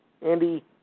Andy